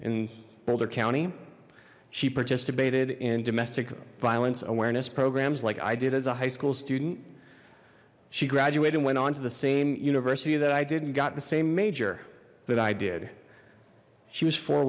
in boulder county she participated in domestic violence awareness programs like i did as a high school student she graduated and went on to the same university that i didn't got the same major that i did she was four